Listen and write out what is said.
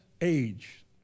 age